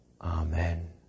Amen